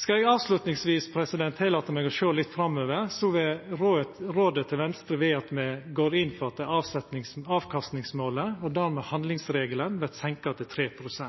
Skal eg avslutningsvis tillata meg å sjå litt framover, er rådet til Venstre at me går inn for at avkastningsmålet, og dermed handlingsregelen, vert senka til 3 pst.